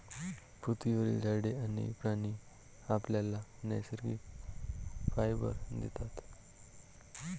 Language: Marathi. पृथ्वीवरील झाडे आणि प्राणी आपल्याला नैसर्गिक फायबर देतात